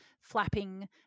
flapping